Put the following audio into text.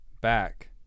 back